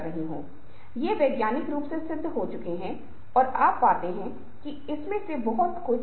यह दूसरा व्यक्ति परिवार का कोई सदस्य मेरी बेटी हो सकती है लेकिन इस क्षेत्र को किसी और को नहीं छूना चाहिए